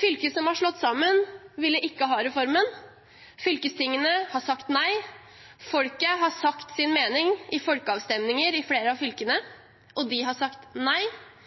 Fylker som er slått sammen, ville ikke ha reformen. Fylkestingene har sagt nei. Folket har sagt sin mening i folkeavstemninger i flere av